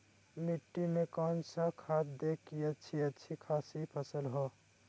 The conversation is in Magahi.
मिट्टी में कौन सा खाद दे की अच्छी अच्छी खासी फसल हो?